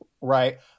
right